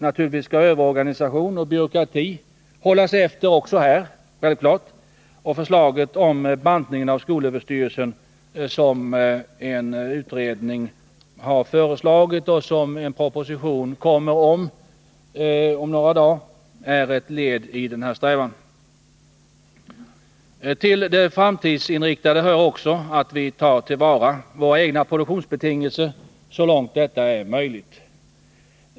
Naturligtvis skall överorganisation och byråkrati hållas efter också här, och bantningen av skolöverstyrelsen, som en utredning har föreslagit och som det om några dagar kommer en proposition om, är ett led i denna strävan. Till det framtidsinriktade hör också att vi tar till vara våra egna produktionsbetingelser så långt detta är möjligt.